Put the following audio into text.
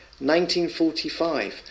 1945